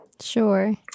Sure